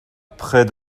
près